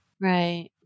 Right